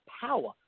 power